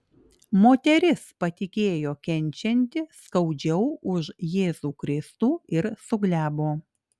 moteris patikėjo kenčianti skaudžiau už jėzų kristų ir suglebo